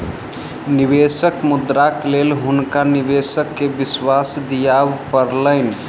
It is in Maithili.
निवेशक मुद्राक लेल हुनका निवेशक के विश्वास दिआबय पड़लैन